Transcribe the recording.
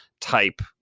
type